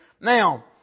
Now